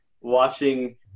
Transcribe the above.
watching